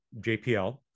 JPL